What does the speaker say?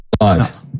live